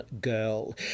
girl